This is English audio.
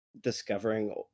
discovering